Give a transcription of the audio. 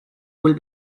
will